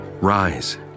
Rise